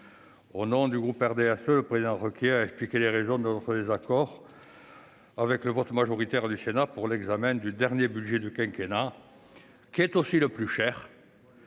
Au nom du groupe du RDSE, le président Requier a expliqué les raisons de notre désaccord avec le vote majoritaire du Sénat lors de l'examen du dernier budget du quinquennat, lequel est aussi le plus coûteux